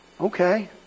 Okay